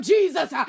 Jesus